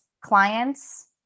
Clients